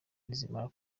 nizimara